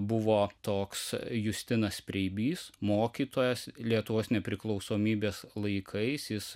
buvo toks justinas preibys mokytojas lietuvos nepriklausomybės laikais jis